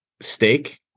steak